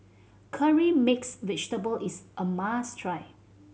Curry Mixed Vegetable is a must try